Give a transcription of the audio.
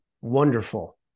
Wonderful